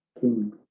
king